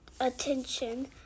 attention